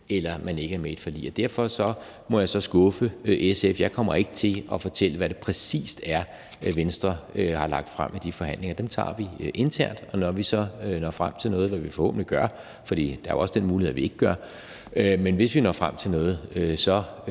eller man ikke er med i et forlig. Og derfor må jeg så skuffe SF; jeg kommer ikke til at fortælle, hvad det præcis er, Venstre har lagt frem i de forhandlinger. Dem tager vi internt, og når vi så når frem til noget, hvad vi forhåbentlig gør – der er jo også den mulighed, at vi ikke gør, men hvis vi når frem til noget – så